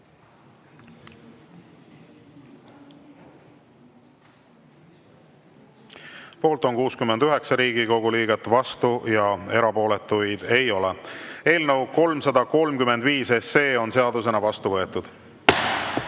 poolt on 63 Riigikogu liiget, vastuolijaid ja erapooletuid ei ole. Eelnõu 337 on seadusena vastu võetud.